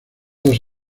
dos